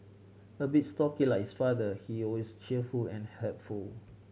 a bit stocky like his father he is always cheerful and helpful